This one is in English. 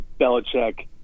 Belichick